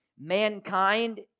Mankind